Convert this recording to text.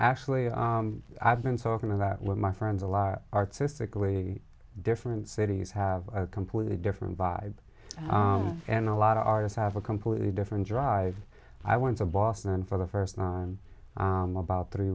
actually i've been talking about with my friends a lot artistically different cities have a completely different vibe and a lot of artists have a completely different drive i went to boston for the first time about three